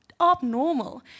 abnormal